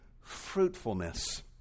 fruitfulness